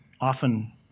often